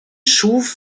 schuf